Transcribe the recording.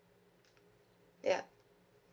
ya